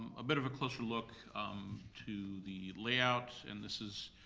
a bit of a closer look um to the layout, and this is